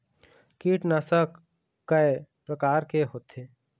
कीटनाशक कय प्रकार के होथे?